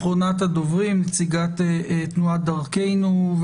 אחרונת הדוברים היא נציגת תנועת דרכנו.